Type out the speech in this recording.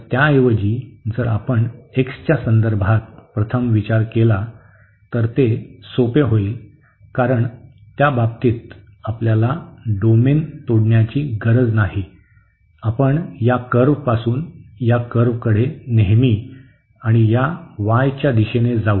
तर त्याऐवजी जर आपण x च्या संदर्भात प्रथम विचार केला तर ते सोपे होईल कारण त्या बाबतीत आपल्याला डोमेन तोडण्याची गरज नाही आपण या कर्व्ह पासून या कर्व्हकडे नेहमी आणि या y च्या दिशेने जाऊ